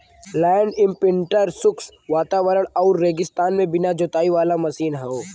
land imprinter शुष्क वातावरण आउर रेगिस्तान में बिना जोताई वाला मशीन हौ